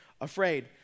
afraid